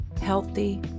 healthy